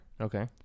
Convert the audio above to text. Okay